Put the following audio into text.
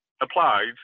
applied